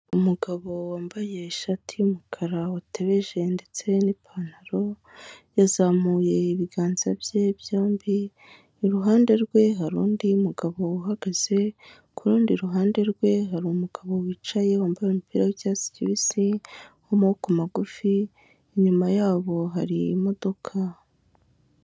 Umugabo wambaye ishati y'umukara watebeje ndetse n'ipantaro, yazamuye ibiganza bye byombi, iruhande rwe hari undi mugabo uhagaze, ku rundi ruhande rwe, hari uri umugabo wicaye wambaye umupira w'icyatsi kibisi w'amaboko magufi, inyuma yabo hari imodoka.